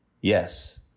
Yes